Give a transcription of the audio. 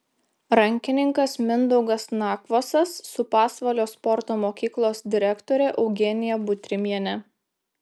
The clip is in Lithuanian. rankininkas mindaugas nakvosas su pasvalio sporto mokyklos direktore eugenija butrimiene